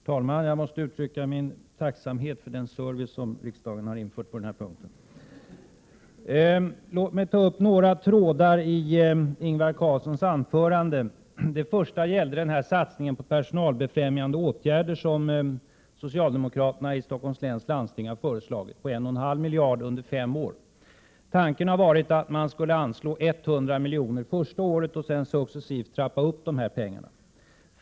Herr talman! Jag måste först uttrycka min tacksamhet för den service som riksdagen har infört, att vi får talarstolen inställd efter debattörernas kroppslängd. Låt mig så ta upp några trådar i Ingvar Carlssons anförande, och jag vill då börja med satsningen på personalbefrämjande åtgärder som socialdemokra 17 terna i Stockholms läns landsting har föreslagit med 1,5 miljarder kronor under fem år. Tanken har varit att man skulle anslå 100 miljoner första året och sedan successivt trappa upp pengarna.